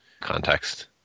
context